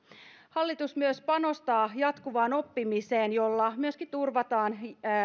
hallitus panostaa myös jatkuvaan oppimiseen jolla myöskin turvataan